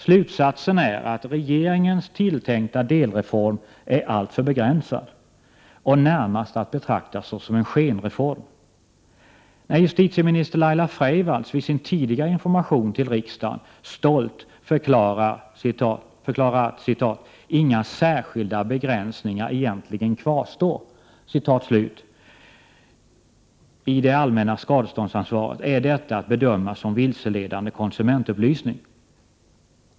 Slutsatsen är att regeringens tilltänkta delreform alltså är begränsad och närmast att betrakta som en skenreform. När justitieminister Laila Freivalds vid sin tidigare information till riksdagen stolt förklarade att ”inga särskilda begränsningar egentligen kvarstår” i det allmänna skadeståndsansvaret, är detta att bedöma som vilseledande konsumentupplysning.